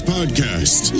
Podcast